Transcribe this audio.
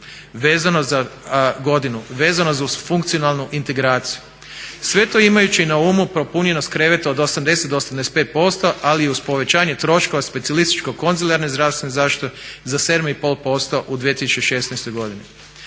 za 2016. godinu, vezano za funkcionalnu integraciju. Sve to imajući na umu popunjenost kreveta od 80 do 85% ali i uz povećanje troškova specijalističko konzilijarne zdravstvene zaštite za 7,5% u 2016. godini.